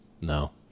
no